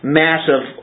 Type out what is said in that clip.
massive